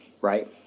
right